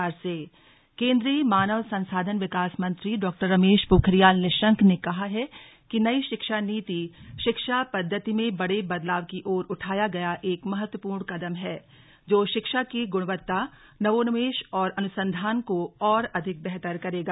निशंक राज्यसभा केंद्रीय मानव संसाधन विकास मंत्री डॉ रमेश पोखरियाल निशंक ने कहा कि नई शिक्षा नीति शिक्षा पद्धति में बड़े बदलाव की ओर उठाया गया एक महत्वपूर्ण कदम है जो शिक्षा की गुणवत्ता नवोन्मेष और अनुसंधान को और अधिक बेहतर करेगा